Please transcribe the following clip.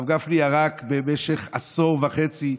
הרב גפני ירק דם במשך עשור וחצי,